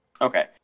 Okay